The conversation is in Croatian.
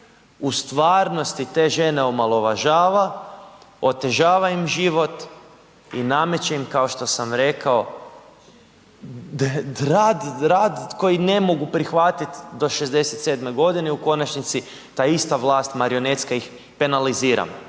u stvarnosti te žene omalovažava, otežava im život i nameće im kao što sam rekao rad, rad koji ne mogu prihvatiti do 67 godine i u konačnici ta ista vlast marionetska ih penalizira.